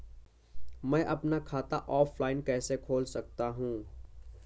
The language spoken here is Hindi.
मैं अपना खाता ऑफलाइन कैसे खोल सकता हूँ?